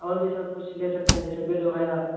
اوربھی sir کچھ لے سکتے ہیں جیسے بیڈ وغیرہ